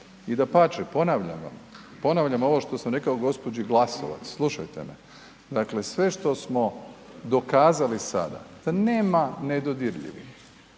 i dapače, ponavljam vam, ponavljam ovo što sam rekao g-đi. Glasovac, slušajte me, dakle sve što smo dokazali sada da nema nedodirljivih,